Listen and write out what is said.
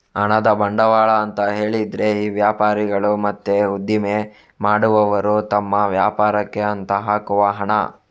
ಹಣದ ಬಂಡವಾಳ ಅಂತ ಹೇಳಿದ್ರೆ ಈ ವ್ಯಾಪಾರಿಗಳು ಮತ್ತೆ ಉದ್ದಿಮೆ ಮಾಡುವವರು ತಮ್ಮ ವ್ಯಾಪಾರಕ್ಕೆ ಅಂತ ಹಾಕುವ ಹಣ